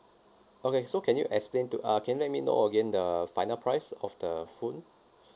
okay so can you explain to uh can you let me know again the final price of the phone